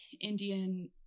Indian